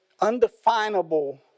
undefinable